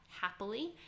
happily